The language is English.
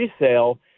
resale